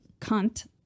Cunt